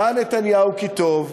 ראה נתניהו כי טוב,